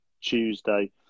Tuesday